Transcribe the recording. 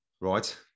Right